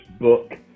book